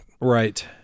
Right